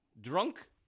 drunk